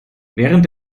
während